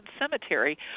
cemetery